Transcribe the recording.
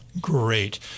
Great